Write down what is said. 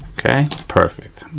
okay, perfect.